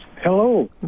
hello